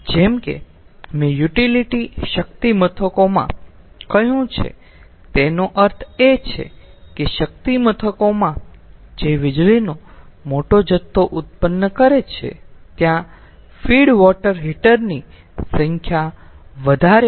જેમ કે મેં યુટિલિટી શક્તિ મથકોમાં કહ્યું છે તેનો અર્થ એ છે કે શક્તિ મથકોમાં જે વીજળીનો મોટો જથ્થો ઉત્પન્ન કરે છે ત્યાં ફીડ વોટર હીટર ની સંખ્યા વધારે હશે